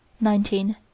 Nineteen